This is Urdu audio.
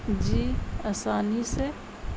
جی آسانی سے